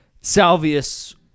Salvius